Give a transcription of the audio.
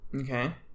Okay